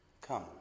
Come